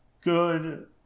good